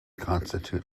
constitute